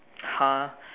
!huh!